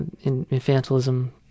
infantilism